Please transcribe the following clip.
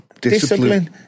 Discipline